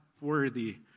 worthy